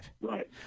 Right